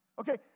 Okay